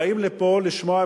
באים לפה לשמוע בשורה,